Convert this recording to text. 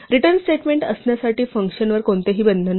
return statement असण्यासाठी फंक्शनवर कोणतेही बंधन नाही